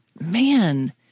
man